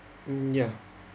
mm ya